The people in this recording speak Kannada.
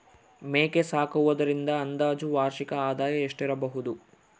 ಮೇಕೆ ಸಾಕುವುದರಿಂದ ಅಂದಾಜು ವಾರ್ಷಿಕ ಆದಾಯ ಎಷ್ಟಿರಬಹುದು?